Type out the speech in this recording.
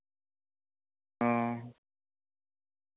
ᱚ